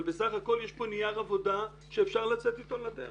אבל בסך הכול יש כאן נייר עבודה שאפשר לצאת אתו לדרך.